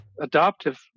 adoptive